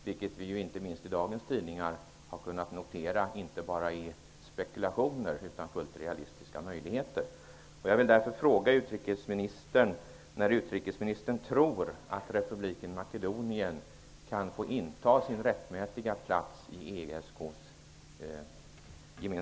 Vi har inte minst i dagens tidningar kunnat notera att detta inte bara är spekulationer utan en fullt realistisk möjlighet.